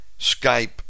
Skype